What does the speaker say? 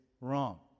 wrong